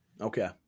Okay